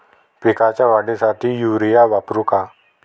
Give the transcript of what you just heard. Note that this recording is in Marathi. पिकाच्या वाढीसाठी युरिया वापरू का?